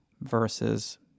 versus